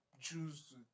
choose